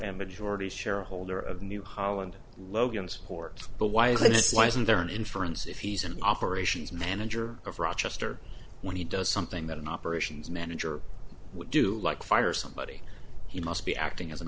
and majority shareholder of new holland logansport but why is it why isn't there an inference if he's an operations manager of rochester when he does something that an operations manager would do like fire somebody he must be acting as an